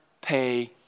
pay